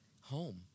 home